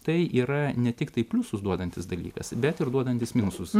tai yra ne tiktai pliusus duodantis dalykas bet ir duodantis minusus